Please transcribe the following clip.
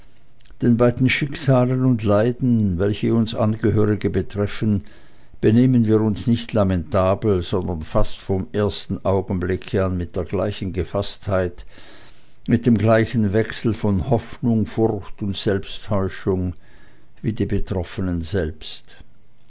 den schicksalen und leiden welche uns angehörige betreffen benehmen wir uns nicht lamentabel sondern fast vom ersten augenblicke an mit der gleichen gefaßtheit mit dem gleichen wechsel von hoffnung furcht und selbsttäuschung wie die betroffenen selbst